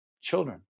children